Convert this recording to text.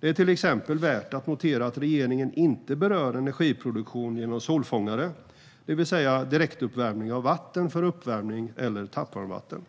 Det är till exempel värt att notera att regeringen inte berör energiproduktion genom solfångare, det vill säga direktuppvärmning av vatten för uppvärmning eller tappvarmvatten.